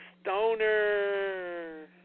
Stoner